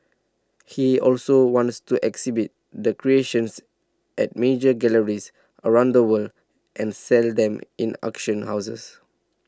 he also wants to exhibit the creations at major galleries around the world and sell them in auction houses